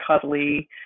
cuddly